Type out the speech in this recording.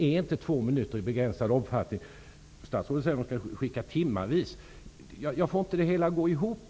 Är inte två minuter ''i begränsad omfattning''? Statsrådet säger ju att stationerna kan sända nyheter timmavis. Jag får inte det hela att gå ihop.